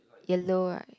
yellow right